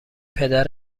پدر